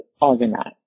organize